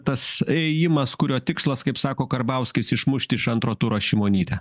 tas ėjimas kurio tikslas kaip sako karbauskis išmušti iš antro turo šimonytę